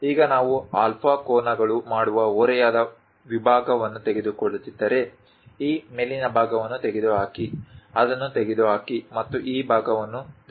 ಈಗ ನಾವು ಆಲ್ಫಾ ಕೋನಗಳು ಮಾಡುವ ಓರೆಯಾದ ವಿಭಾಗವನ್ನು ತೆಗೆದುಕೊಳ್ಳುತ್ತಿದ್ದರೆ ಈ ಮೇಲಿನ ಭಾಗವನ್ನು ತೆಗೆದುಹಾಕಿ ಅದನ್ನು ತೆಗೆದುಹಾಕಿ ಮತ್ತು ಈ ಭಾಗವನ್ನು ದೃಶ್ಯೀಕರಿಸಿ